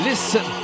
Listen